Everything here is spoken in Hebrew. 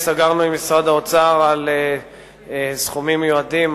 סגרנו עם משרד האוצר על סכומים מיועדים,